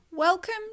Welcome